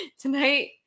Tonight